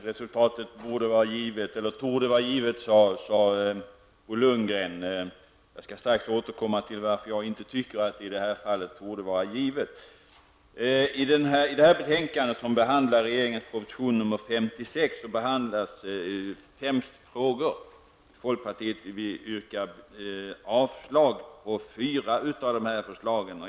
Herr talman! Resultatet av voteringen torde vara givet, sade Bo Lundgren. Jag skall strax återkomma till den saken och tala om varför jag inte tror att det torde vara givet i just det här fallet. Regeringens proposition nr 56 behandlas i föreliggande betänkande. Det är fem förslag som tas upp. Vi i folkpartiet yrkar avslag beträffande fyra av förslagen.